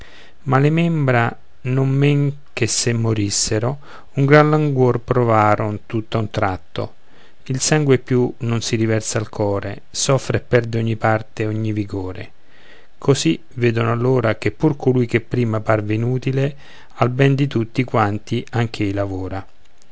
ma le membra non men che se morissero un gran languor provaron tutto a un tratto il sangue più non si riversa al core soffre e perde ogni parte ogni vigore così vedono allora che pur colui che prima parve inutile al ben di tutti quanti anch'ei lavora